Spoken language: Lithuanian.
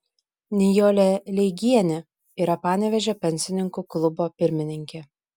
nijolė leigienė yra panevėžio pensininkų klubo pirmininkė